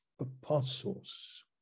apostles